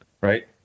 Right